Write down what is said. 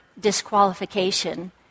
disqualification